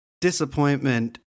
disappointment